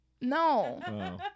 No